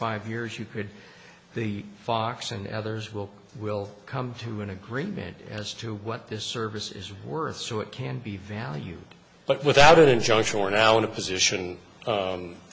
five years you could the fox and others will will come to an agreement as to what this service is worth so it can be valued but without it in show shore now in a position